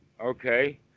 okay